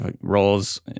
roles